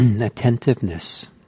attentiveness